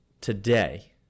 today